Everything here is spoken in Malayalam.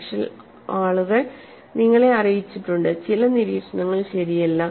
പക്ഷേ ആളുകൾ നിങ്ങളെ അറിയിച്ചിട്ടുണ്ട് ചില നിരീക്ഷണങ്ങൾ ശരിയല്ല